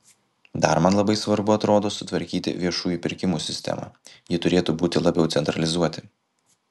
dar man labai svarbu atrodo sutvarkyti viešųjų pirkimų sistemą ji turėtų būti labiau centralizuoti